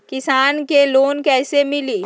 किसान के लोन कैसे मिली?